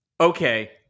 okay